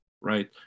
right